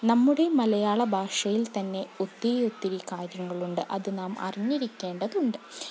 നമ്മുടെ മലയാള ഭാഷയിൽ തന്നെ ഒത്തിരി ഒത്തിരി കാര്യങ്ങളുണ്ട് അത് നാം അറിഞ്ഞിരിക്കേണ്ടതുണ്ട്